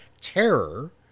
Terror